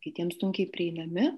kitiems sunkiai prieinami